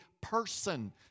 person